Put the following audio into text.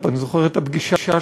ואני זוכר את הפגישה,